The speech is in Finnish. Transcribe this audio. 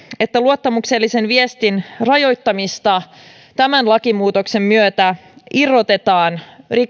että luottamuksellisen viestin rajoittamista tämän lakimuutoksen myötä irrotetaan